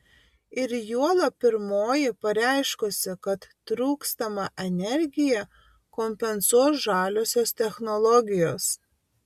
ir juolab pirmoji pareiškusi kad trūkstamą energiją kompensuos žaliosios technologijos